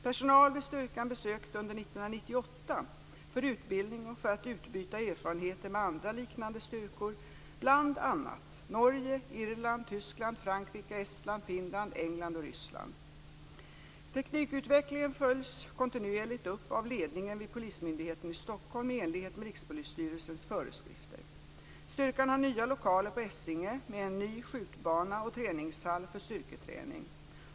Personal vid styrkan besökte under 1998 - för utbildning och för att utbyta erfarenheter med andra liknande styrkor, bl.a. Norge, Irland, Tyskland, Frankrike, Estland, Finland, England och Ryssland. Teknikutvecklingen följs kontinuerligt upp av ledningen vid Polismyndigheten i Stockholm i enlighet med Rikspolisstyrelsens föreskrifter. Styrkan har nya lokaler på Essingen med en ny skjutbana och träningshall för styrketräning.